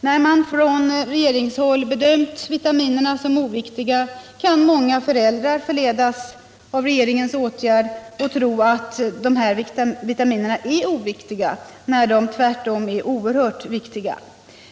När man från regeringshåll bedömt vitaminerna som oviktiga kan många föräldrar förledas att tro att dessa vitaminer är oviktiga, när de tvärtom är oerhört viktiga.